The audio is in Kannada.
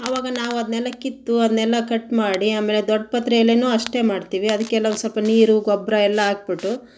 ಆವಾಗ ನಾವು ಅದನ್ನೆಲ್ಲ ಕಿತ್ತು ಅದನ್ನೆಲ್ಲ ಕಟ್ ಮಾಡಿ ಆಮೇಲೆ ದೊಡ್ಡಪತ್ರೆ ಎಲೆನೂ ಅಷ್ಟೆ ಮಾಡ್ತೀವಿ ಅದಕ್ಕೆಲ್ಲ ಒಂದ್ಸ್ವಲ್ಪ ನೀರು ಗೊಬ್ಬರ ಎಲ್ಲ ಹಾಕಿಬಿಟ್ಟು